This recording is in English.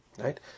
right